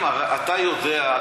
אתה יודע,